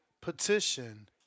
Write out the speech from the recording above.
petition